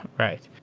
right.